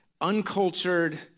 uncultured